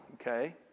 okay